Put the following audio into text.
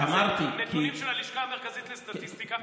זה נתונים של הלשכה המרכזית לסטטיסטיקה,